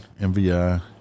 MVI